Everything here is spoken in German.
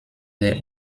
der